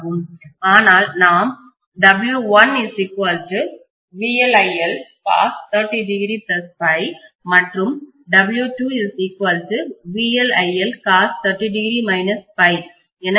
ஆனால் நாம் மற்றும் என எழுதினோம்